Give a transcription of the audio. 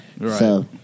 Right